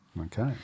Okay